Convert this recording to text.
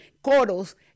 Coros